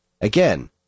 again